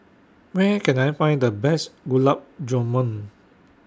Where Can I Find The Best Gulab Jamun